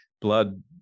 blood